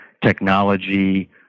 technology